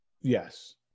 Yes